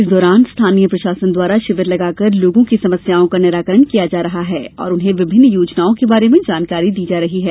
इस दौरान स्थानीय प्रशासन द्वारा शिविर लगाकर लोगों की समस्याओं का निराकरण किया जा रहा है और उन्हें विभिन्न योजनाओं के बारे में जानकारी भी दी जा रही है